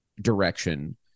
direction